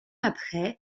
après